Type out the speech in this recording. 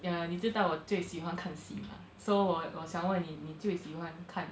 ya 妳知道我最喜欢看戏 mah so 我我想问妳妳最喜欢看